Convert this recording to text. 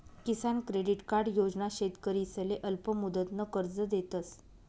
किसान credit card योजना शेतकरीसले अल्पमुदतनं कर्ज देतस